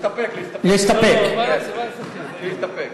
להסתפק, להסתפק.